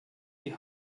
die